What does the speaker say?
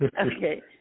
Okay